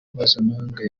mpuzamahanga